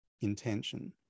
intention